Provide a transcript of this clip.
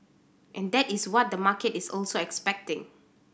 and that is what the market is also expecting